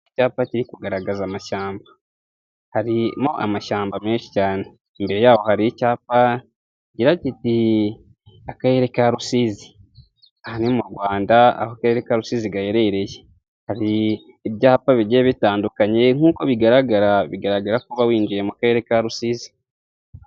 Icyapa kiri kugaragaza amashyamba, harimo amashyamba menshi cyane imbere yaho hari icyapa kigira giti akarere ka Rusizi aha ni m'u Rwanda aho akarere ka Rusizi gaherereye, hari ibyapa bigiye bitandukanye nk'uko bigaragara bigaragara ko uba winjiye mu karere ka Rusizi.